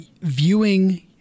viewing